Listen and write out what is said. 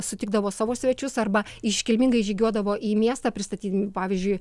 sutikdavo savo svečius arba iškilmingai žygiuodavo į miestą pristatydami pavyzdžiui